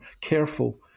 careful